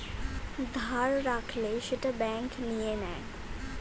ধার রাখলে সেটা ব্যাঙ্ক নিয়ে নেয়